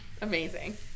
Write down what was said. Amazing